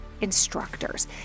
instructors